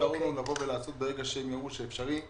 הפתרון הוא לבוא ולעשות וברגע שיראו שאפשרי,